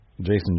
Jason